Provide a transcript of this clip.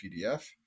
PDF